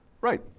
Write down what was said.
Right